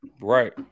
right